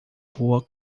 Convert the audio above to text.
boa